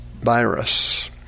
virus